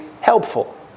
helpful